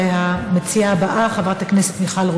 נעבור להצעה לסדר-היום